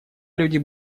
люди